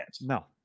no